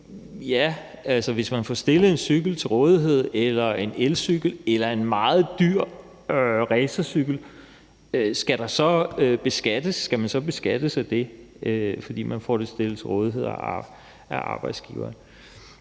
Hvis man får stillet en cykel eller en elcykel eller en meget dyr racercykel til rådighed, skal man så beskattes af det, fordi man får det stillet til rådighed af arbejdsgiveren?